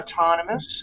autonomous